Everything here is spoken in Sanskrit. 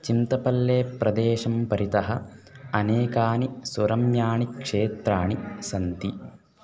चिन्तपल्लेप्रदेशं परितः अनेकानि सुरम्याणि क्षेत्राणि सन्ति